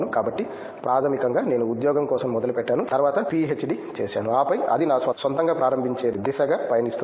కాబట్టి ప్రాథమికంగా నేను ఉద్యోగం కోసం మొదలుపెట్టాను తరువాత పిహెచ్డి చేస్తాను ఆపై అది నా స్వంతంగా ప్రారంభించే దిశగా పయనిస్తోంది